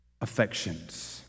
affections